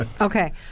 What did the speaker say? okay